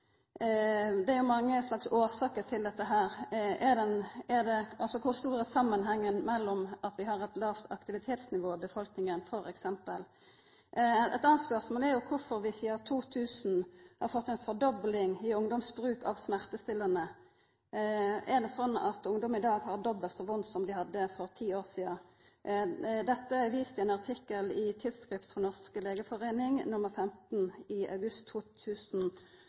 Det er mange slags årsaker til dette – kor stor samanheng har det med at vi har eit lågt aktivitetsnivå i befolkninga f.eks.? Eit anna spørsmål er kvifor vi sidan 2000 har fått ei fordobling i ungdommens bruk av smertestillande. Er det slik at ungdom i dag har dobbelt så vondt som dei hadde for ti år sidan? Dette er vist i ein artikkel i Tidsskrift for Den norske legeforening nr. 15 i august